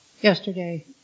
yesterday